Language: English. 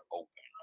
open